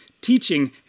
teaching